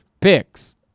picks